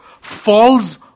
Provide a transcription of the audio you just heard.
falls